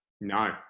No